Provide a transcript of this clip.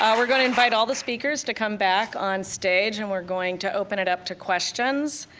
and we're gonna invite all the speakers to come back on stage and we're going to open it up to questions.